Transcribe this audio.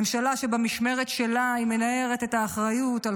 ממשלה שבמשמרת שלה היא מנערת את האחריות על